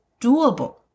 doable